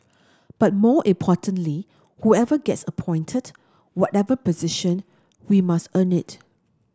but more importantly whoever gets appointed whatever position we must earn it